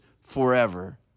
forever